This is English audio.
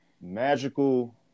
magical